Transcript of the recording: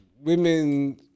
women